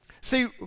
See